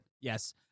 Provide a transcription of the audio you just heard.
Yes